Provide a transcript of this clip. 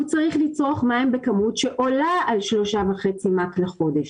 הוא צריך לצרוך מים בכמות שעולה על 3.5 מ"ק לחודש.